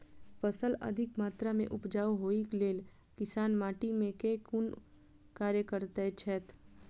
फसल अधिक मात्रा मे उपजाउ होइक लेल किसान माटि मे केँ कुन कार्य करैत छैथ?